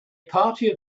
party